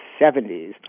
70s